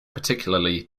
particularly